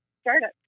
startup